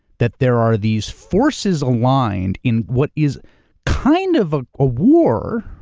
that there are these forces aligned in what is kind of a ah war,